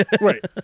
Right